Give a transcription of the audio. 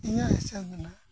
ᱤᱧᱟᱹᱜ ᱦᱤᱥᱟᱹᱵᱽ ᱫᱚ ᱦᱟᱸᱜ